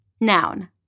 Noun